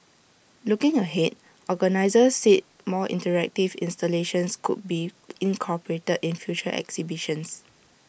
looking ahead organisers said more interactive installations could be incorporated in future exhibitions